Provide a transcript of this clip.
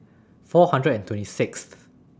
four hundred and twenty Sixth